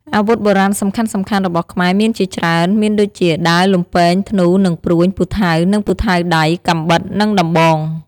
អាវុធបុរាណសំខាន់ៗរបស់ខ្មែរមានជាច្រើន មានដូចជា ដាវ លំពែង ធ្នូ និងព្រួញ ពូថៅ និងពូថៅដៃ កាំបិត និងដំបង។